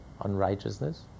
unrighteousness